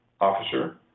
officer